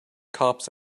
cops